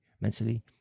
mentally